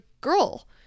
girl